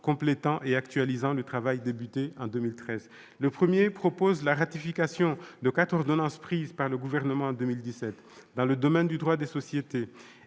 compléter et à actualiser le travail débuté en 2013. Le premier vise à ratifier quatre ordonnances prises par le Gouvernement en 2017 dans le domaine du droit des sociétés.